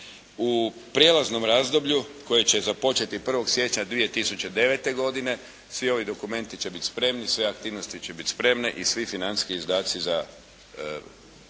U prijelaznom razdoblju koje će započeti 1. siječnja 2009. godine svi ovi dokumenti će biti spremni, sve aktivnosti će biti spremne i svi financijski izdaci za hrvatske